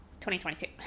2022